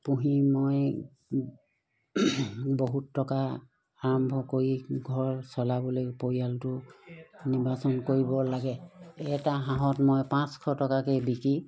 পুহি মই বহুত টকা আৰম্ভ কৰি ঘৰ চলাবলৈ পৰিয়ালটো নিৰ্বাচন কৰিব লাগে এটা হাঁহত মই পাঁচশ টকাকৈ বিকি